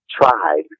tried